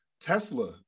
Tesla